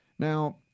Now